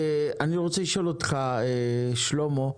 אני רוצה לשאול אותך, שלמה,